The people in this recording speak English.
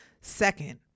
Second